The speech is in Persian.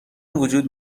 وجود